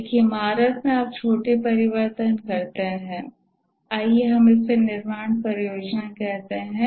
एक इमारत में आप छोटे परिवर्तन करते हैं आइये हम इसे निर्माण परियोजना कहते हैं